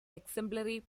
exemplary